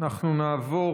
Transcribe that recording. אנחנו נעבור